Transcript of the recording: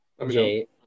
Okay